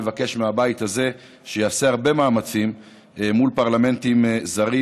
לבקש מהבית הזה שיעשה הרבה מאמצים מול פרלמנטים זרים